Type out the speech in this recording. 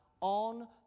on